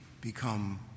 become